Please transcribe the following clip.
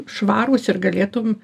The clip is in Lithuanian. švarūs ir galėtum